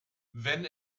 wenn